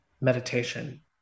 meditation